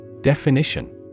Definition